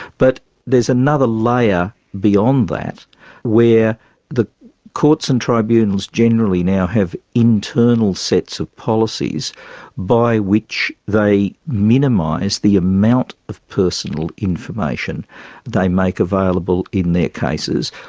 but there's another layer beyond that where the courts and tribunals generally now have internal sets of policies by which they minimise the amount of personal information they make available in their cases,